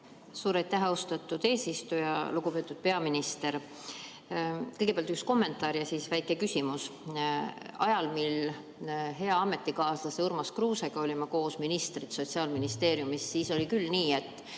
Suur aitäh, austatud eesistuja! Lugupeetud peaminister! Kõigepealt üks kommentaar ja siis väike küsimus. Ajal, mil me hea ametikaaslase Urmas Kruusega olime koos ministrid Sotsiaalministeeriumis, siis oli küll nii, et